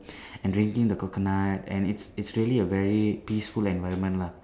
and drinking the coconut and it's it's really a very peaceful environment lah